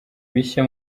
bishya